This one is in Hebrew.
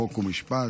חוק ומשפט,